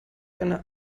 eine